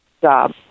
job